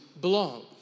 belong